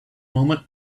moment